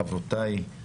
חברותיי,